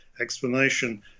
explanation